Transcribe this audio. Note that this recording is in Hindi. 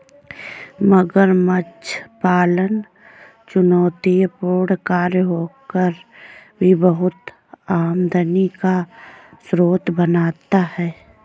मगरमच्छ पालन चुनौतीपूर्ण कार्य होकर भी बहुत आमदनी का स्रोत बनता है